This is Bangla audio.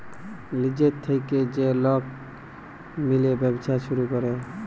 লিজের থ্যাইকে যে লক মিলে ব্যবছা ছুরু ক্যরে